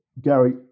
Gary